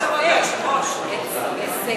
כל הכבוד,